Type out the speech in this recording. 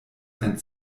ein